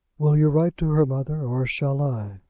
will you write to her, mother, or shall i?